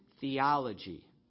theology